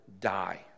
die